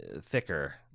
thicker